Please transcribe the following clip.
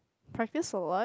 practice for what